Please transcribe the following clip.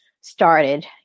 started